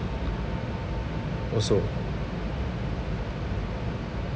also